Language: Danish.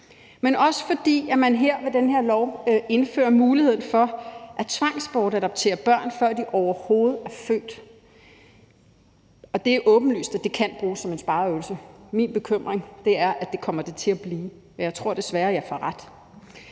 men også fordi man her med det her lovforslag indfører muligheden for at tvangsbortadoptere børn, før de overhovedet er født. Det er åbenlyst, at det kan bruges som en spareøvelse. Min bekymring er, at det kommer det til at blive, og jeg tror desværre, jeg får ret.